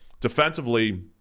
Defensively